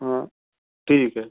हा ठीक आहे